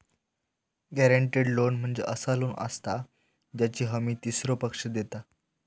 guaranteed loan म्हणजे असा loan असता ज्याची हमी तीसरो पक्ष देता